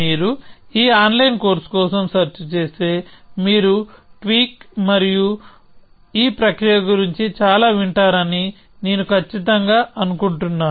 మీరు ఈ online course కోసం సెర్చ్ చేస్తే మీరు ట్వీక్ మరియు ఈ ప్రక్రియ గురించి చాలా వింటారని నేను ఖచ్చితంగా అనుకుంటున్నాను